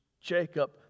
Jacob